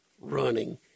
running